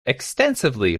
extensively